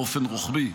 באופן רוחבי,